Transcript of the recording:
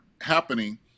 happening